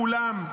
מכולם,